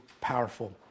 powerful